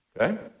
okay